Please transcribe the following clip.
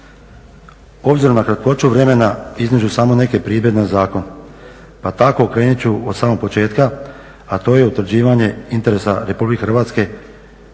Obzirom na kratkoću vremena, iznijet ću samo neke primjedbe na zakon. Pa tako krenut ću od samog početka, a to je utvrđivanje interesa RH, članak